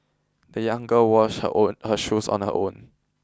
the young girl washed her own her shoes on her own